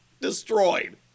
destroyed